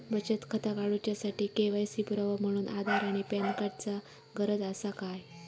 बचत खाता काडुच्या साठी के.वाय.सी पुरावो म्हणून आधार आणि पॅन कार्ड चा गरज आसा काय?